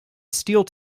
steel